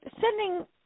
sending